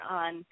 on